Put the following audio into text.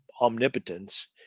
omnipotence